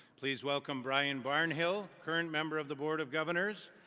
please welcome brian barnhill, current member of the board of governors,